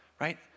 right